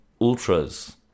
ultras